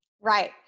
Right